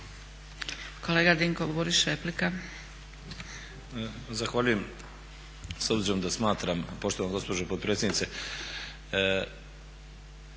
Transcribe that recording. Kolega Dinko Burić, replika.